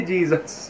Jesus